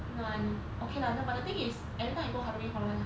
暖 okay lah no but the thing is every time I go halloween horror